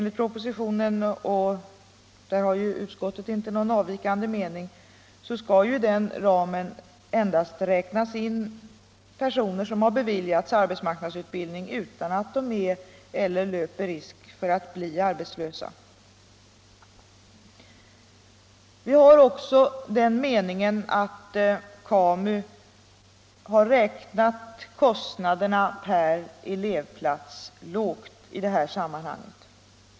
I propositionen — och där har ju utskottet inte någon avvikande mening — skall ju inom den ramen endast räknas in personer som har beviljats arbetsmarknadsutbildning utan att de är eller löper risk för att bli arbetslösa. Vi har också den meningen, att KAMU har räknat kostnaderna per elevplats lågt i detta sammanhang.